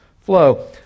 flow